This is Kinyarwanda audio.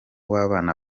w’abana